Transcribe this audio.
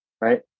right